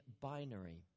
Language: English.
binary